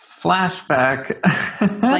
Flashback